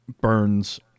burns